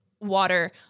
water